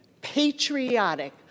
patriotic